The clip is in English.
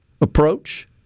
approach